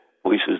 voices